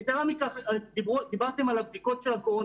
יתרה מכך, דיברתם על הבדיקות של הקורונה